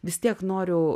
vis tiek noriu